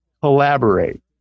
collaborate